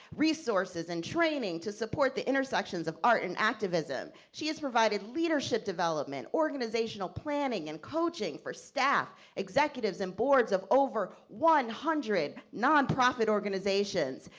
resources and training to support the intersections of art and activism. she has provided leadership development, organizational planning and coaching for staff, executives and boards of over one hundred nonprofit organizations.